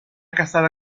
casada